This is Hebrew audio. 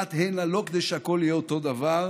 באת הנה לא כדי שהכול יהיה אותו דבר,